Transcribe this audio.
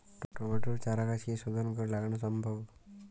টমেটোর চারাগাছ কি শোধন করে লাগানো সম্ভব?